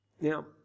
Now